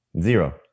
Zero